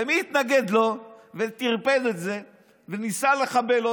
ומי התנגד לו וטרפד את זה וניסה לחבל לו?